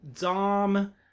Dom